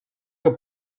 que